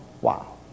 Wow